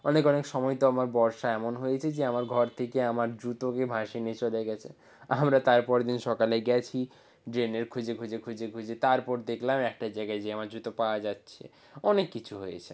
অনেক অনেক সময় তো আমার বর্ষা এমন হয়েছে যে আমার ঘর থেকে আমার জুতোকে ভাসিয়ে নিয়ে চলে গেছে আমরা তারপর দিন সকালে গেছি ড্রেনের খুঁজে খুঁজে খুঁজে খুঁজে তারপর দেখলাম একটা জায়গায় যে আমার জুতো পাওয়া যাচ্ছে অনেক কিছু হয়েছে